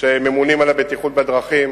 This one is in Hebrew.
שממונים על הבטיחות בדרכים,